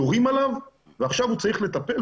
יורים עליו ועכשיו הוא צריך לטפל,